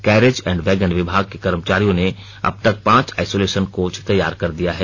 carriage and wagon विभाग के कर्मचारियों ने अब तक पांच आइसोलेशन कोच तैयार कर दिया है